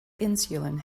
insulin